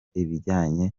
ibijyanye